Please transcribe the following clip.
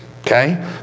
Okay